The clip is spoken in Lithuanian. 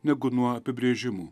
negu nuo apibrėžimų